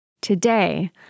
Today